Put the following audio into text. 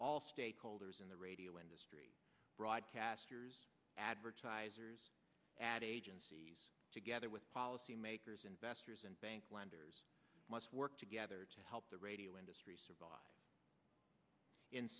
all stakeholders in the radio industry broadcasters advertisers ad agencies together with policymakers investors and bank lenders must work together to help the radio industry survive in